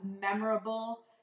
memorable